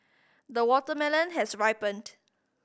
the watermelon has ripened